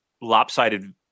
lopsided